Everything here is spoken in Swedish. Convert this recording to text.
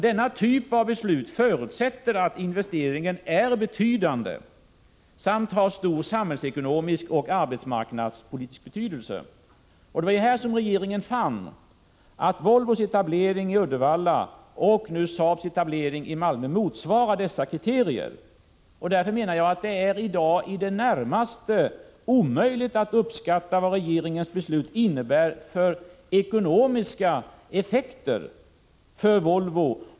Denna typ av beslut förutsätter att investeringen är betydande samt att den har stor samhällsekonomisk och arbetsmarknadspolitisk betydelse. Regeringen fann att Volvos etablering i Uddevalla och nu Saabs etablering i Malmö motsvarar dessa kriterier. Därför menar jag att det är i det närmaste omöjligt att i dag beräkna vilka ekonomiska effekter regeringens beslut får för Volvo.